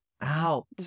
out